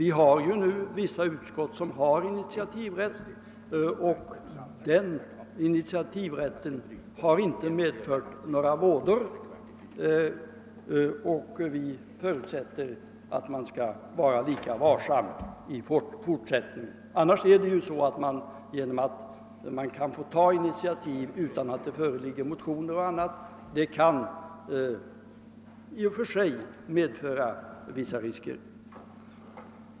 Vi har redan vissa utskott som har initiativrätt och den har inte medfört några vådor. Vi förutsätter att man skall vara lika varsam även i fortsättningen. Annars är det ju så att rätten att ta initiativ utan att det föreligger motioner och annat i och för sig kan medföra vissa risker.